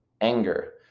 anger